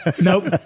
Nope